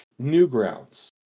Newgrounds